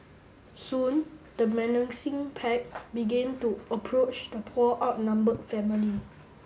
soon the menacing pack began to approach the poor outnumbered family